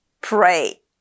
pray